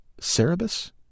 Cerebus